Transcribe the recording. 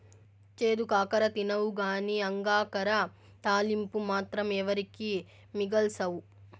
చేదు కాకర తినవుగానీ అంగాకర తాలింపు మాత్రం ఎవరికీ మిగల్సవు